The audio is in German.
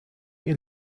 ihr